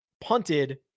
punted